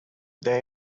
they